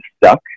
stuck